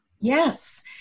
Yes